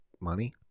money